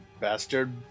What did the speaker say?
bastard